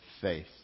faith